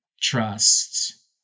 trust